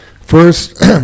first